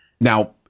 now